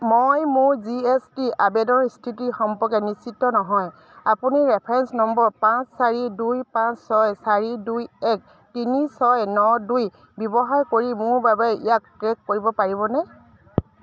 মই মোৰ G S T আবেদনৰ স্থিতি সম্পৰ্কে নিশ্চিত নহয় আপুনি ৰেফাৰেন্স নম্বৰ পাঁচ চাৰি দুই পাঁচ ছয় চাৰি দুই এক তিনি ছয় ন দুই ব্যৱহাৰ কৰি মোৰ বাবে ইয়াক ট্ৰেক কৰিব পাৰিবনে